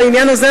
בעניין הזה,